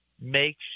make